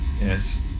Yes